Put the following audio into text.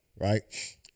right